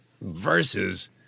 versus